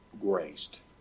graced